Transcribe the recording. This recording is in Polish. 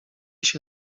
się